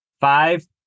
Five